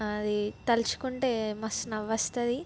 అది తలుచుకుంటే మస్తు నవ్వు వస్తుంది